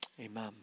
amen